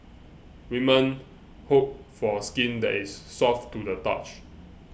women hope for skin that is soft to the touch